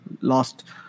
last